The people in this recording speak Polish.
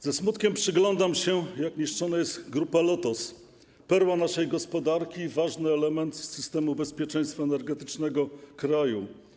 Ze smutkiem przyglądam się, jak niszczona jest Grupa Lotos, perła naszej gospodarki i ważny element systemu bezpieczeństwa energetycznego kraju.